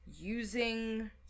using